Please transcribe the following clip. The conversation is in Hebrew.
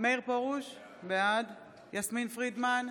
מאיר פרוש, בעד יסמין פרידמן,